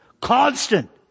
Constant